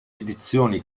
edizioni